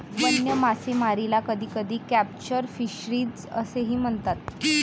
वन्य मासेमारीला कधीकधी कॅप्चर फिशरीज असेही म्हणतात